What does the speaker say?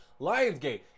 Lionsgate